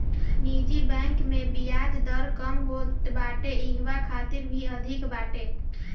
निजी बैंक में बियाज दर कम होत बाटे इहवा खतरा भी अधिका बाटे